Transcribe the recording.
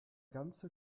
ganze